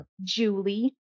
julie